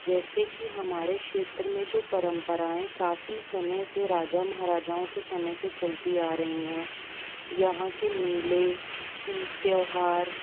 जैसे कि हमारे क्षेत्र में जो परम्पराएँ काफ़ी समय से राजा महाराजाओं के समय से चलती आ रही हैं यहाँ के मेले तीज त्योहार